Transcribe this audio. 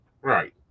right